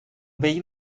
vell